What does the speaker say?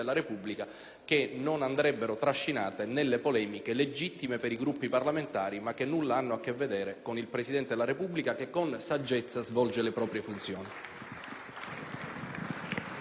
che non andrebbero trascinate nelle polemiche, legittime per i Gruppi parlamentari, ma che nulla hanno a che vedere con il Presidente della Repubblica, che con saggezza svolge le proprie funzioni.